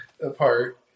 apart